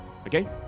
okay